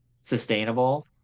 sustainable